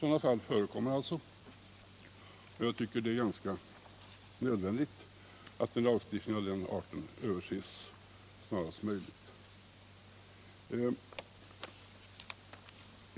Sådana fall förekommer alltså, och jag tycker därför det är nödvändigt att en lagstiftning av den arten överses snarast möjligt.